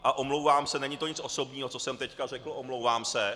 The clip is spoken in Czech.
A omlouvám se, není to nic osobního, co jsem teď řekl, omlouvám se.